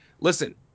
Listen